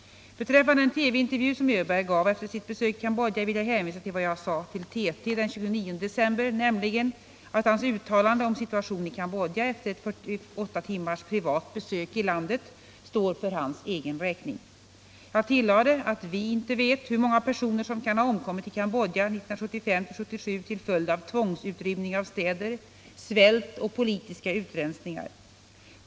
Beträffande den TV-intervju som Öberg gav efter sitt besök i Cambodja vill jag hänvisa till vad jag sade till TT den 29 december, nämligen att hans uttalande om situationen i Cambodja efter ett 48 timmars privat besök i landet står för hans egen räkning. Jag tillade att vi inte vet hur många personer som kan ha omkommit i Cambodja 1975-1977 till följd av tvångsutrymning av städer, svält och politiska utrensningar.